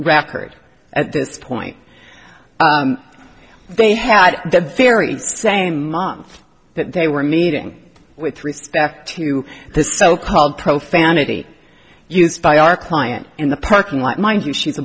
record at this point they had the very same month that they were meeting with respect to the so called profanity used by our client in the parking lot mind you she's a